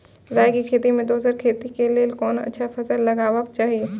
राय के खेती मे दोसर खेती के लेल कोन अच्छा फसल लगवाक चाहिँ?